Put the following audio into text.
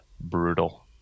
brutal